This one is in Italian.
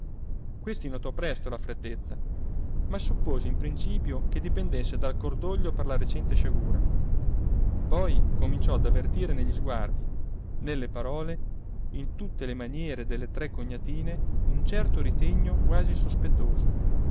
questi notò presto la freddezza ma suppose in principio che dipendesse dal cordoglio per la recente sciagura poi cominciò ad avvertire negli sguardi nelle parole in tutte le maniere delle tre cognatine un certo ritegno quasi sospettoso